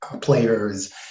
players